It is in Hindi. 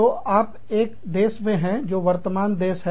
तो आप एक देश में है जो वर्तमान देश है